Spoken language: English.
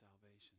salvation